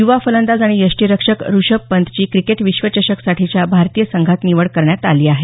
युवा फलंदाज आणि यष्टीरक्षक ऋषभ पंतची क्रिकेट विश्वचषकासाठीच्या भारतीय संघात निवड करण्यात आली आहे